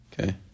Okay